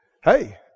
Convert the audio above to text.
hey